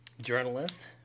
journalist